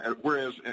whereas